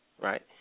right